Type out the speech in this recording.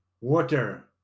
water